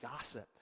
gossip